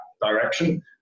direction